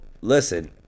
listen